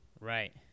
Right